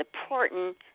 important